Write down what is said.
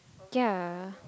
ya